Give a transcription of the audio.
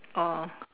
oh